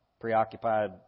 preoccupied